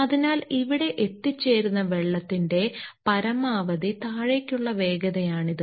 അതിനാൽ ഇവിടെ എത്തിച്ചേരുന്ന വെള്ളത്തിന്റെ പരമാവധി താഴേക്കുള്ള വേഗതയാണിത്